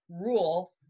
rule